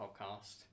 podcast